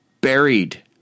Buried